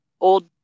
old